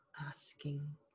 asking